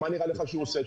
מה נראה לך שהוא עושה,